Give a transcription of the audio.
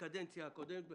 בקדנציה הקודמת,